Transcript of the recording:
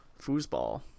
foosball